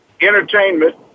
entertainment